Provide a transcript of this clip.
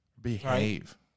Behave